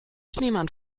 schneemann